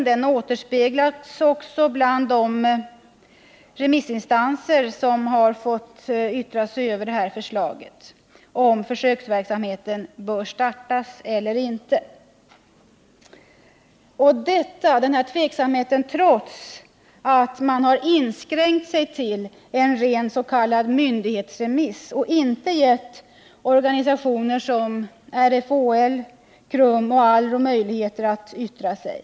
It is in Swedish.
Detta återspeglas också i att det bland remissinstanserna finns mycket delade meningar om huruvida den föreslagna försöksverksamheten bör startas eller inte — detta trots att man har inskränkt sig till en ren myndighetsremiss och inte gett organisationer som RFHL, KRUM, RSMH och ALRO möjlighet att yttra sig.